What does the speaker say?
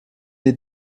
est